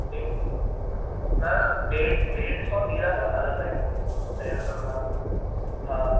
ॾेढु न ॾेढु ॾेढु सौ नीरा अथव अलॻि आहिनि ॾहें रुपए वारा हा